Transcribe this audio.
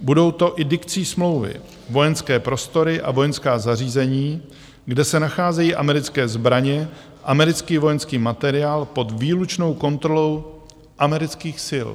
Budou to i dikcí smlouvy vojenské prostory a vojenská zařízení, kde se nacházejí americké zbraně, americký vojenský materiál pod výlučnou kontrolou amerických sil.